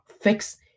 fix